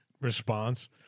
response